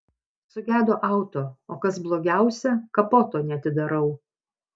sugedo auto o kas blogiausia kapoto neatidarau